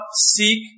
seek